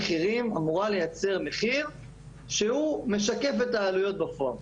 החוק קובע שוועדת המחירים אמורה לייצר מחיר שמשקף את העלויות בפועל.